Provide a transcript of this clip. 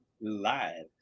Live